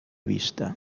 vista